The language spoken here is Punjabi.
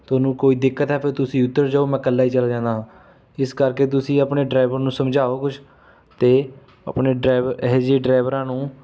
ਤੁਹਾਨੂੰ ਕੋਈ ਦਿੱਕਤ ਹੈ ਫੇਰ ਤੁਸੀ ਉੱਤਰ ਜਾਉ ਮੈਂ ਇਕੱਲਾ ਹੀ ਚਲਾ ਜਾਂਦਾ ਹਾਂ ਇਸ ਕਰਕੇ ਤੁਸੀਂ ਆਪਣੇ ਡਰਾਇਵਰ ਨੂੰ ਸਮਝਾਉ ਕੁਛ ਅਤੇ ਆਪਣੇ ਡਰਾਈਵਰ ਇਹੋ ਜਿਹੇ ਡਰਾਈਵਰਾਂ ਨੂੰ